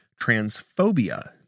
transphobia